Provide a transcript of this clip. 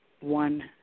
one